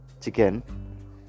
chicken